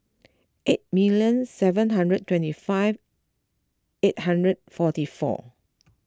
eight million seven hundred twenty five eight hundred forty four